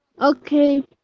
Okay